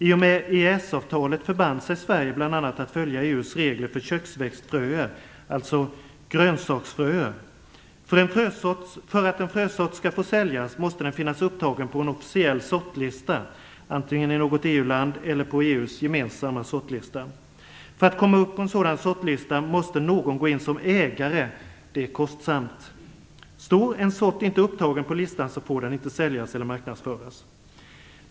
I och med EES-avtalet förband sig Sverige bl.a. att följa EU:s regler för köksväxtfröer, dvs. grönsaksfröer. För att en frösort skall få säljas måste den finnas upptagen på en officiell sortlista, antingen i något EU-land eller på EU:s gemensamma sortlista. För att komma upp på en sortlista måste någon gå in som ägare, vilket är kostsamt. Om en sort inte står upptagen på listan får den inte säljas eller marknadsföras.